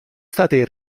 state